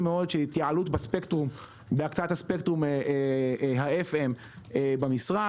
מאוד של התייעלות בהקצאת ספקטרום ה-FM במשרד.